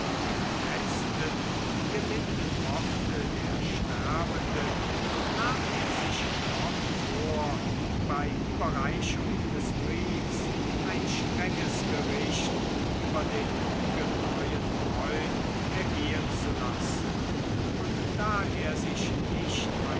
der letzten gelinden worte der sterbenden nahm er sich doch vor bei überreichung des briefs ein strenges gericht über den ungetreuen freund ergehen zu lassen und da er sich nicht